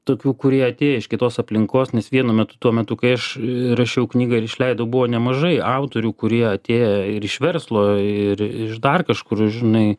tokių kurie atėję iš kitos aplinkos nes vienu metu tuo metu kai aš rašiau knygą ir išleidau buvo nemažai autorių kurie atėjo ir iš verslo ir iš dar kažkur ir žinai